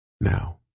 Now